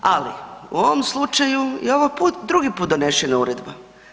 Ali u ovom slučaju je ovo drugi put donesena uredba.